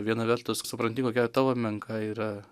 viena vertus supranti kokia tavo menka yra